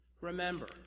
Remember